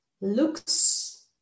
looks